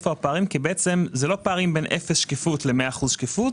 אלה לא פערים בין אפס שקיפות למאה אחוזי שקיפות,